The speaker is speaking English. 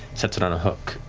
sets it on a hook.